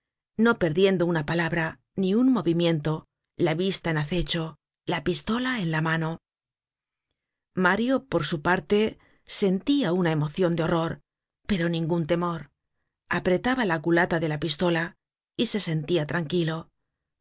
no perdiendo una palabra ni un movimiento la vista en acecho la pistola en la mano mario por su parte sentia una emocion de horror pero ningun temor apretaba la culata de la pistola y se sentia tranquilo